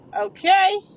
Okay